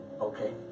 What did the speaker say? Okay